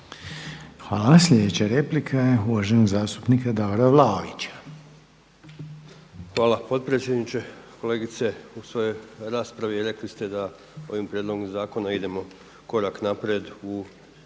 Hvala. Sljedeća replika je uvaženog zastupnika Davora Vlaovića. **Vlaović, Davor (HSS)** Hvala potpredsjedniče. Kolegice u svojoj raspravi rekli ste da ovim prijedlogom zakona idemo korak naprijed u